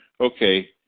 okay